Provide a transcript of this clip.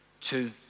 two